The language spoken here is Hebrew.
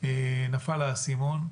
נפל האסימון,